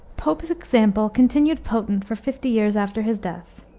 pope's example continued potent for fifty years after his death.